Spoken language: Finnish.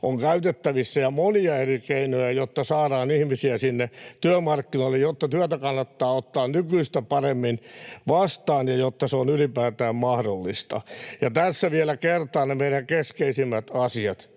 on käytettävissä, ja monia eri keinoja, jotta saadaan ihmisiä työmarkkinoille, jotta työtä kannattaa ottaa nykyistä paremmin vastaan ja jotta se on ylipäätään mahdollista. Tässä vielä kertaan ne meidän keskeisimmät asiamme: